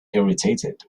irritated